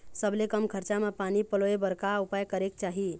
सबले कम खरचा मा पानी पलोए बर का उपाय करेक चाही?